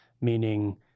meaning